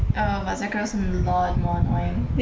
uh but zachary a lot more annoying